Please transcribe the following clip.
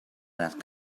that